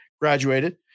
graduated